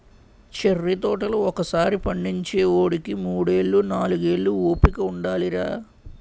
cherry తోటలు ఒకసారి పండించేవోడికి మూడేళ్ళు, నాలుగేళ్ళు ఓపిక ఉండాలిరా